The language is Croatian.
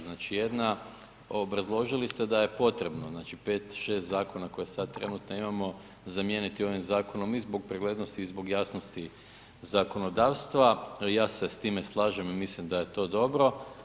Znači, jedna, obrazložili ste da je potrebno, znači 5-6 zakona koje sad trenutno imamo zamijeniti ovim zakonom i zbog preglednosti i zbog jasnosti zakonodavstva, ja se s time slažem i mislim da je to dobro.